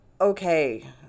okay